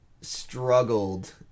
struggled